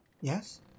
Yes